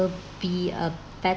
will be a better